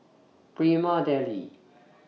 Prima Deli